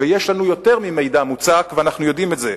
ויש לנו יותר ממידע מוצק ואנחנו יודעים את זה.